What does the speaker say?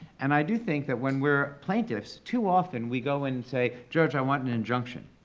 and i do think that when we're plaintiffs, too often we go and say, judge, i want an injunction.